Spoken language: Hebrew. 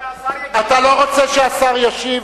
אולי השר, אתה לא רוצה שהשר ישיב?